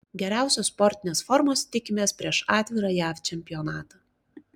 geriausios sportinės formos tikimės prieš atvirą jav čempionatą